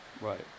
Right